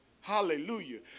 hallelujah